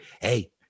hey